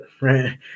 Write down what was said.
right